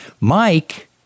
Mike